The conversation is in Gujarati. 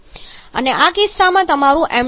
અને આ કિસ્સામાં તમારું ṁf